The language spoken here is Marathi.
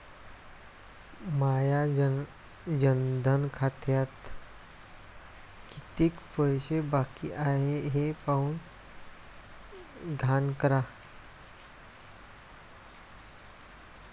माया जनधन खात्यात कितीक पैसे बाकी हाय हे पाहून द्यान का?